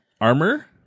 armor